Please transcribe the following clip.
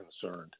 concerned